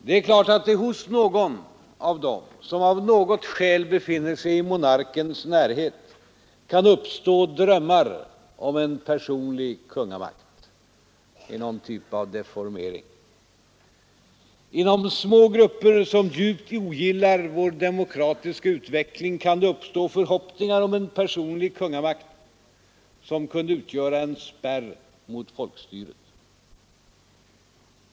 Det är klart att det hos någon av dem som av något skäl befinner sig i monarkens närhet kan uppstå drömmar om en personlig kungamakt. Det är någon typ av deformering. Inom små grupper som djupt ogillar vår demokratiska utveckling kan det uppstå förhoppningar om en personlig kungamakt, som kunde utgöra en spärr mot folkstyret.